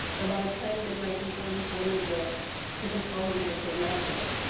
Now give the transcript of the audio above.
or about a trend in nineteen forty s women's wear to compel the reader to imagine it.